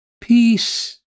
peace